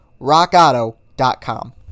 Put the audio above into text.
rockauto.com